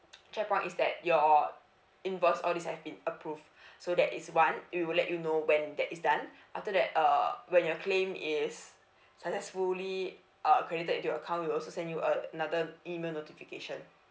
checkpoint is that your invoice all these have been approved so that is one we will let you know when that is done after that uh when your claim is successfully uh accredited into your account we'll also send you a another email notification